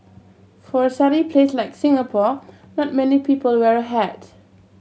for a sunny place like Singapore not many people wear a hat